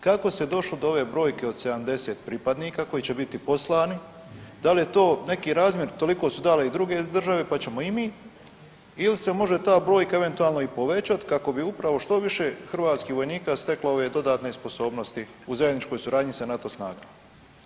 Kako se došlo do ove brojke od 70 pripadnika koji će biti poslani, da li je to neki razmjer, toliko su dale i druge države, pa ćemo i mi ili se može ta brojka eventualno i povećati kako bi upravo što više hrvatskih vojnika steklo ove dodatne sposobnosti u zajedničkoj suradnji sa NATO snagama?